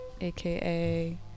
aka